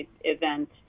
event